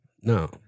no